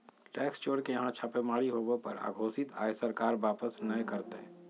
tax चोर के यहां छापेमारी होबो पर अघोषित आय सरकार वापस नय करतय